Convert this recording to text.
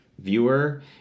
viewer